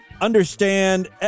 understand